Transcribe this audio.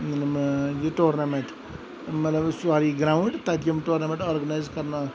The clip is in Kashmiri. مَطلَب یہِ ٹورنَمنٹ مَطلَب سورٕے گراوُنڈ تَتہِ یِم ٹورنَمنٹ آرگنَیِز کَرناوان